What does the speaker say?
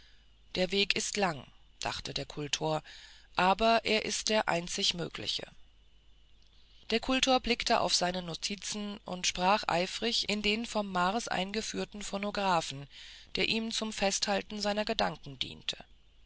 der weg ist lang dachte der kultor aber er ist der einzig mögliche der kultor blickte auf seine notizen und sprach eifrig in den vom mars eingeführten phonographen der ihm zum festhalten seiner gedanken diente